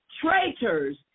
traitors